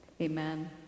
Amen